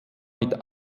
mit